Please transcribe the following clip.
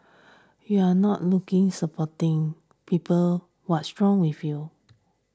you are not looking supporting people what's wrong with you